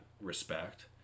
respect